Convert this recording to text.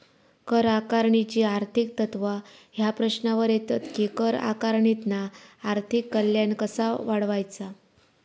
कर आकारणीची आर्थिक तत्त्वा ह्या प्रश्नावर येतत कि कर आकारणीतना आर्थिक कल्याण कसा वाढवायचा?